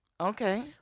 Okay